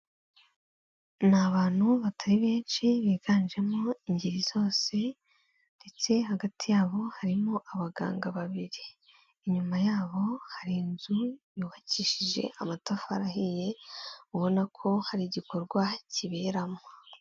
Ni abantu batari benshi biganjemo ingeri zose ndetse hagati yabo harimo abaganga babiri, inyuma yabo hari inzu yubakishije amatafari ahiye, ubona ko hari igikorwa kiberamo.